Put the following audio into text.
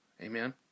Amen